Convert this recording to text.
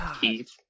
Keith